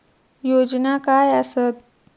योजना काय आसत?